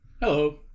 Hello